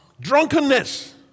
drunkenness